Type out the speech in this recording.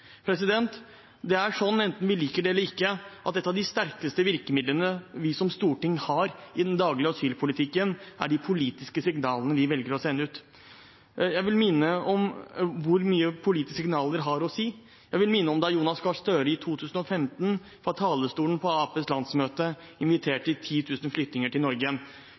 Det er sånn, enten vi liker det eller ikke, at et av de sterkeste virkemidlene vi som storting har i den daglige asylpolitikken, er de politiske signalene vi velger å sende ut. Jeg vil minne om hvor mye politiske signaler har å si. Jeg vil minne om at Jonas Gahr Støre i 2015 fra talerstolen på Arbeiderpartiets landsmøte inviterte 10 000 flyktninger til Norge.